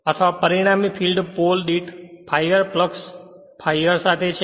અથવા પરિણામી field pole દીઠ Fr ફ્લક્ષ ∅r સાથે છે